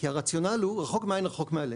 כי הרציונל הוא רחוק מהעין רחוק מהלב.